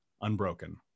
unbroken